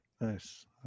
Nice